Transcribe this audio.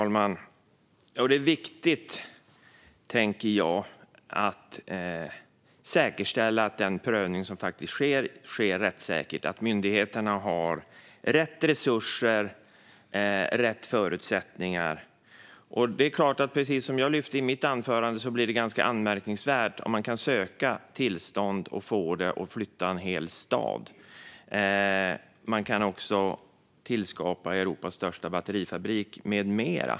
Herr talman! Det är viktigt, tänker jag, att säkerställa att den prövning som faktiskt sker är rättssäker och att myndigheterna har rätt resurser och rätt förutsättningar. Precis som jag lyfte i mitt anförande blir det ganska anmärkningsvärt att man kan söka tillstånd, och få det, för att flytta en hel stad. Man kan också få tillstånd för att tillskapa Europas största batterifabrik med mera.